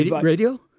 Radio